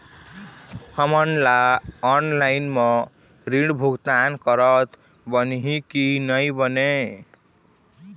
हमन ला ऑनलाइन म ऋण भुगतान करत बनही की नई बने?